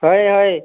ହଏ ହଏ